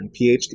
PhD